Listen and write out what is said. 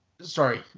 Sorry